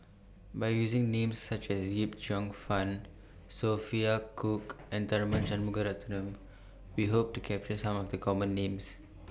By using Names such as Yip Cheong Fun Sophia Cooke and Tharman Shanmugaratnam We Hope to capture Some of The Common Names